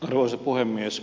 arvoisa puhemies